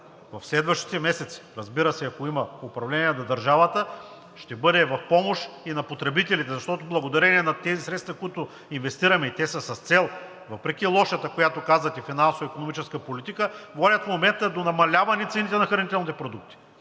в следващите месеци, разбира се, ако има управление на държавата, ще бъде в помощ и на потребителите. Защото благодарение на тези средства, които инвестираме, и те са с цел въпреки лошата, която казвате, финансово-икономическа политика, води в момента до намаляване цените на хранителните продукти